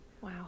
Wow